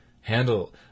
handle